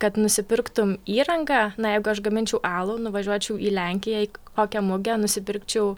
kad nusipirktum įrangą na jeigu aš gaminčiau alų nuvažiuočiau į lenkiją į kokią mugę nusipirkčiau